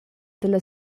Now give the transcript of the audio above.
dalla